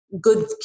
good